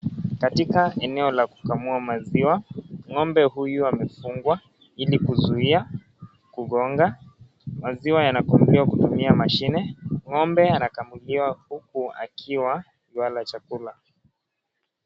Katika eneo la kukamua maziwa, ng'ombe huyu amefungwa ili kuzuia kugonga maziwa yanakamuliwa kutumia mashine ng'ombe anakamuliwa huku akiwa yuala chakula.